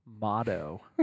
motto